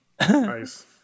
Nice